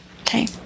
Okay